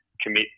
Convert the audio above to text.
commit